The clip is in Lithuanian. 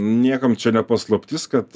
niekam čia ne paslaptis kad